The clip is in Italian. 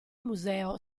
museo